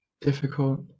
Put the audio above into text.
Difficult